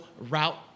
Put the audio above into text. route